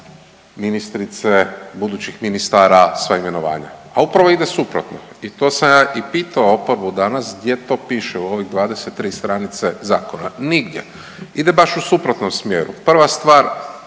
ministrice, budućih ministara sva imenovanja, a upravo ide suprotno i to sam ja i pitao oporbu danas gdje to piše u ovih 23 stranice zakona, nigdje, ide baš u suprotnom smjeru. Prva stvar